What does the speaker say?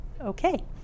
okay